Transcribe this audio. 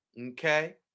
okay